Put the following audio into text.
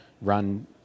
run